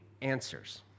answers